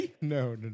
No